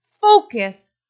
focus